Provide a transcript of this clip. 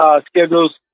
schedules